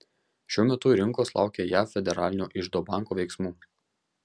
šiuo metu rinkos laukia jav federalinio iždo banko veiksmų